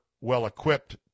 well-equipped